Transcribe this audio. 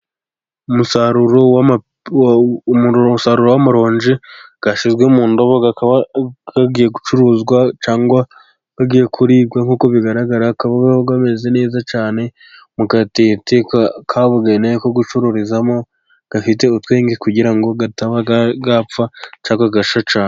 Umusaruro, umusaruro w'amarongi yashyizwe mu ndobo akaba agiye gucuruzwa, cyangwa agiye kuribwa. Nkuko bigaragara akaba ameze neza cyane mu gatete kabugenewe ko gucururizamo, to gafite utwenge kugira ngo ataba yapfa cyangwa agashya cyane.